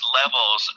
levels